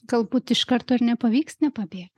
galbūt iš karto ir nepavyks nepabėgt